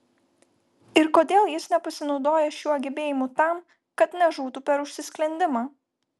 ir kodėl jis nepasinaudoja šiuo gebėjimu tam kad nežūtų per užsisklendimą